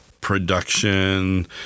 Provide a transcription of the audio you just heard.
production